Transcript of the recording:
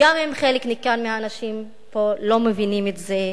גם אם חלק ניכר מהאנשים פה לא מבינים את זה.